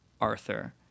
arthur